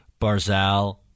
Barzal